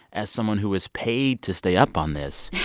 as someone who is paid to stay up on this,